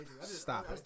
Stop